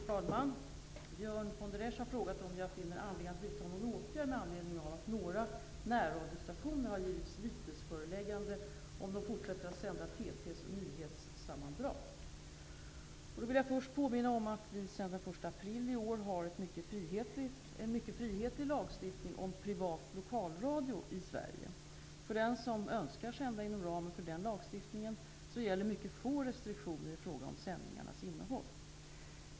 Fru talman! Björn von der Esch har frågat om jag finner anledning att vidta någon åtgärd med anledning av att några närradiostationer har givits vitesföreläggande om de fortsätter att sända TT:s nyhetssammandrag. Jag vill först påminna om att vi sedan den 1 april i år har en mycket frihetlig lagstiftning om privat lokalradio i Sverige. För den som önskar sända inom ramen för den lagstiftningen gäller mycket få restriktioner i fråga om sändningarnas innehåll.